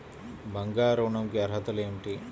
బంగారు ఋణం కి అర్హతలు ఏమిటీ?